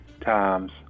times